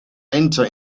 enter